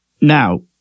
Now